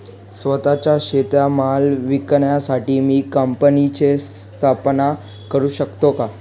स्वत:चा शेतीमाल विकण्यासाठी मी कंपनीची स्थापना करु शकतो का?